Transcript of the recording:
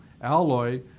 alloy